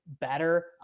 better